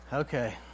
Okay